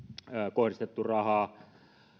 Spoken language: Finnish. kohdistettu rahaa